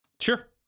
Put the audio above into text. Sure